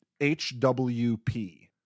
HWP